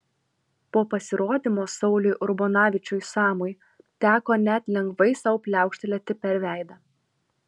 po pasirodymo sauliui urbonavičiui samui teko net lengvai sau pliaukštelėti per veidą